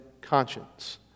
conscience